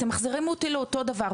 אתם מחזירים אותי לאותו דבר,